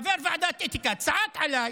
חבר ועדת האתיקה, צעק עליי,